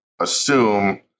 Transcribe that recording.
assume